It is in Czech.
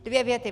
Dvě věty.